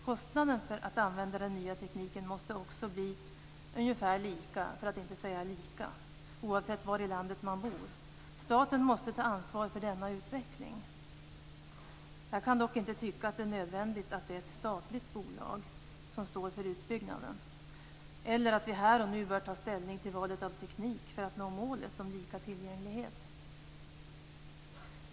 Kostnaden för att använda den nya tekniken måste också bli lika, oavsett var i landet man bor. Staten måste ta ansvar för denna utveckling. Jag kan dock inte tycka att det är nödvändigt att det är ett statligt bolag som står för utbyggnaden eller att vi här och nu bör ta ställning till valet av teknik för att nå målet om lika tillgänglighet.